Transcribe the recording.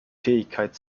fähigkeit